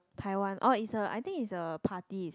Taiwan oh is a I think is a party is it